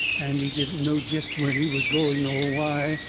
and he didn't know jest where he was going, nor why.